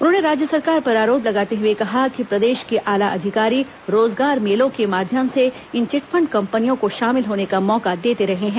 उन्होंने राज्य सरकार पर आरोप लगाते हुए कहा कि प्रदेश के आला अधिकारी रोजगार मेलों के माध्यम से इन चिटफंड कंपनियों को शामिल होने का मौका देते रहे हैं